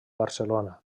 barcelona